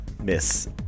miss